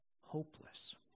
hopeless